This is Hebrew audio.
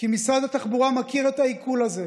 כי משרד התחבורה מכיר את העיקול הזה,